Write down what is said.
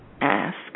ask